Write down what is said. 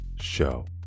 Show